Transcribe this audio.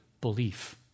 belief